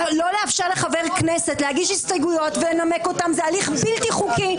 לא לאפשר לחבר כנסת להגיש הסתייגויות ולנמק אותך זה הליך בלתי חוקי,